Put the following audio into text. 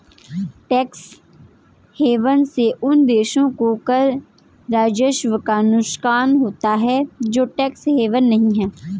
tax haven से उन देशों को कर राजस्व का नुकसान होता है जो टैक्स हेवन नहीं हैं